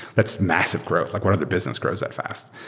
that's massive growth. like what other business grows that fast?